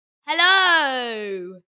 hello